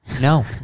No